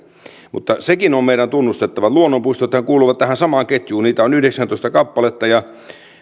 mutta sekin on meidän tunnustettava että luonnonpuistothan kuuluvat tähän samaan ketjuun niitä on yhdeksäntoista kappaletta ja